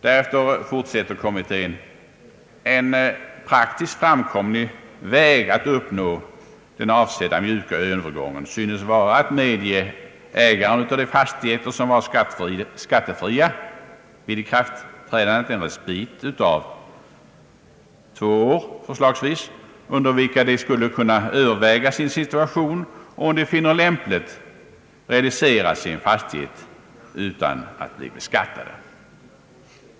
Kommittén framhåller att en praktiskt framkomlig väg att uppnå den avsedda mjuka övergången synes vara att medge ägaren av de fastigheter, som var skattefria vid ikraftträdandet, en respit av förslagsvis två år, under vilken ägaren skulle kunna överväga sin situation och om han finner det lämpligt realisera sin fastighet utan att bli beskattad.